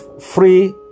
free